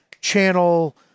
channel